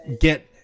get